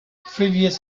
previous